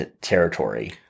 territory